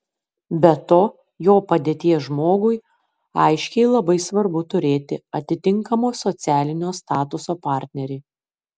be to jo padėties žmogui aiškiai labai svarbu turėti atitinkamo socialinio statuso partnerį